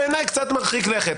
בעיניי זה קצת מרחיק לכת.